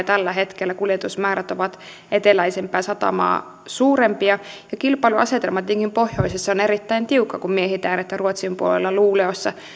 tällä hetkellä ovat monta eteläisempää satamaa suurempia ja kilpailuasetelma etenkin pohjoisessa on erittäin tiukka kun mietitään että ruotsin puolella luleåssa